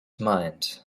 mind